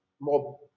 more